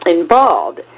involved